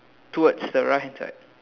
towards the right hand side